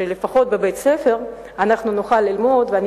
שלפחות נוכל ללמוד בבית-ספר.